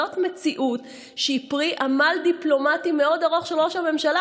זאת מציאות שהיא פרי עמל דיפלומטי ארוך מאוד של ראש הממשלה,